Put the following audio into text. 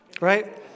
right